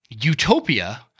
utopia